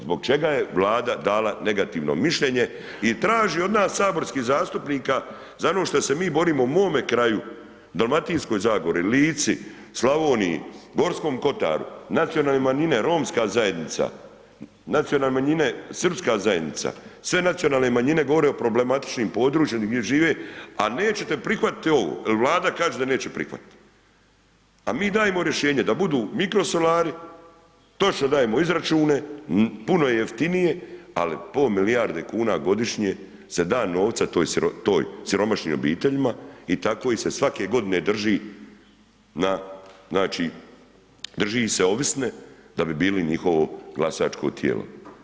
Zbog čega je Vlada dala negativno mišljenje i traći od nas saborskih zastupnika za ono što se mi borimo u mome kraju, Dalmatinskoj zagori, Lici, Slavoniji, Gorskom kotaru, nacionalne manjine, romska zajednica, nacionalne manjine, srpska zajednica, sve nacionalne manjine govore o problematičnom područjem gdje žive a nećete prihvatiti ovo jer Vlada kaže da neće prihvatiti a mi dajemo rješenje da budu mikrosolari, točno dajemo izračune, puno je jeftinije ali pola milijarde kuna godišnje se da novac tim siromašnim obiteljima i tako ih se svake godine drži ovisne da bi bili njihovo glasačko tijelo.